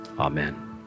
Amen